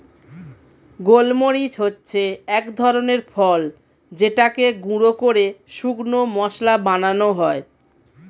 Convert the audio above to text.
গোলমরিচ হচ্ছে এক ধরনের ফল যেটাকে গুঁড়ো করে শুকনো মসলা বানানো হয়